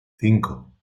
cinco